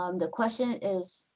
um the question is,